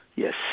Yes